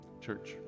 Church